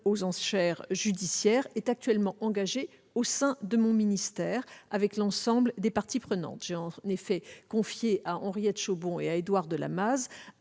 aux enchères judiciaires est actuellement engagée au sein de mon ministère, avec l'ensemble des parties prenantes. J'ai en effet confié à Henriette Chaubon et à Édouard de Lamaze